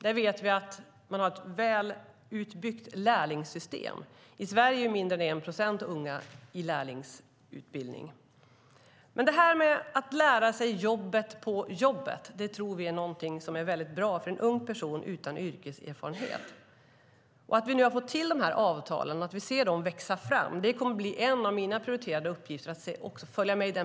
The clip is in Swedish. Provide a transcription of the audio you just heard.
Där vet vi att man har ett väl utbyggt lärlingssystem, medan det i Sverige är mindre än 1 procent unga som är i lärlingsutbildning. Att lära sig jobbet på jobbet tror vi dock är någonting väldigt bra för en ung person utan yrkeserfarenhet, och vi har nu fått till avtalen. Att se dem växa fram och följa med i processen kommer att bli en av mina prioriterade uppgifter.